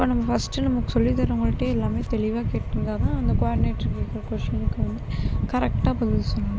அப்போ நம்ம ஃபர்ஸ்ட்டு நமக்கு சொல்லி தரவங்ககிட்டயே எல்லாம் தெளிவாக கேட்டிருந்தா தான் அந்த குவாடினேட்டர் கேக்கிற கொஷினுக்கு வந்து கரெக்டாக பதில் சொல்லலாம்